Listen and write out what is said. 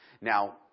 Now